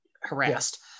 harassed